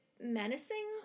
menacing